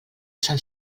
sant